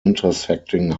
intersecting